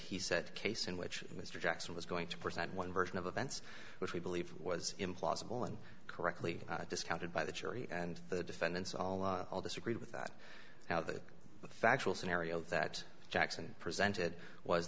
he said case in which mr jackson was going to present one version of events which we believe was implausible and correctly discounted by the jury and the defendants all all disagreed with that now the factual scenario that jackson presented was